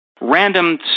random